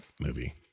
movie